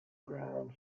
grounds